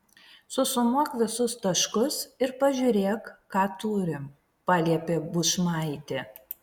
susumuok visus taškus ir pažiūrėk ką turim paliepė bušmaitė